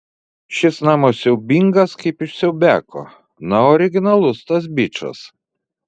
šis namas siaubingas kaip iš siaubiako na originalus tas bičas